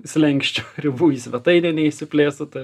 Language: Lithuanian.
slenksčio ribų į svetainę neišsiplėstų ta